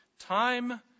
time